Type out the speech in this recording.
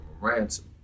ransom